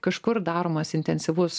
kažkur daromas intensyvus